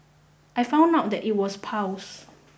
I found out that it was piles